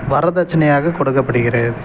வரதட்சணையாக கொடுக்கப்படுகிறது